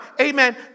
amen